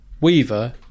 Weaver